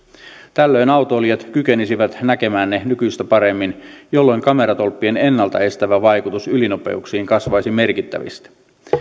tällöin autoilijat kykenisivät näkemään ne nykyistä paremmin jolloin kameratolppien ennalta estävä vaikutus ylinopeuksiin kasvaisi merkittävästi